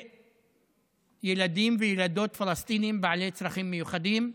בילדים ובילדות פלסטינים בעלי צרכים מיוחדים.